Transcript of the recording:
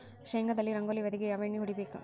ಶೇಂಗಾದಲ್ಲಿ ರಂಗೋಲಿ ವ್ಯಾಧಿಗೆ ಯಾವ ಎಣ್ಣಿ ಹೊಡಿಬೇಕು?